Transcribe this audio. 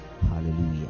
Hallelujah